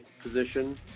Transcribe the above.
position